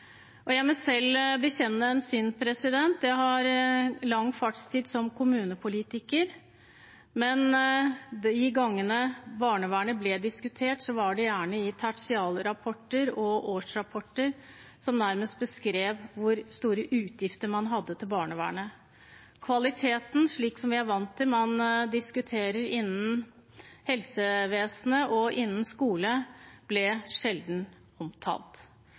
Jeg må selv bekjenne en synd: Jeg har lang fartstid som kommunepolitiker, men de gangene barnevernet ble diskutert, var det gjerne i tertialrapporter og årsrapporter, som nærmest beskrev hvor store utgifter man hadde til barnevernet. Kvaliteten, slik vi er vant til at man diskuterer innen helsevesenet og skole, ble sjelden omtalt.